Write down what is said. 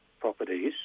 properties